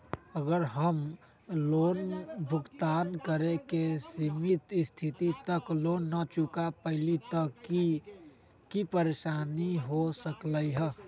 अगर हम लोन भुगतान करे के सिमित तिथि तक लोन न चुका पईली त की की परेशानी हो सकलई ह?